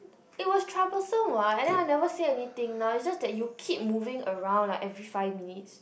it was troublesome what and then I never say anything now it's just that you keep moving around like every five minutes